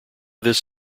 this